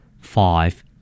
five